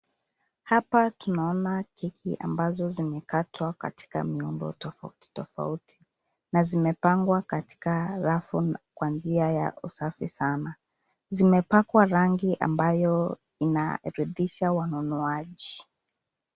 Tunaona keki ambazo zimekatwa katika miombo tofauti tofauti na zimepangwa katika rafu kwa njia ya usafi sana. Zimepakwa rangi ambayo inaridhisha wanunuaji.